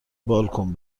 بالکن